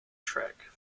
trek